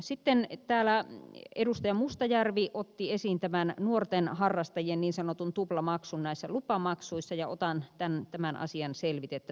sitten täällä edustaja mustajärvi otti esiin tämän nuorten harrastajien niin sanotun tuplamaksun näissä lupamaksuissa ja otan tämän asian selvitettäväksi